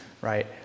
right